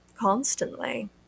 constantly